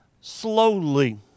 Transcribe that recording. slowly